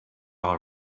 all